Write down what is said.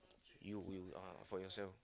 you you uh for yourself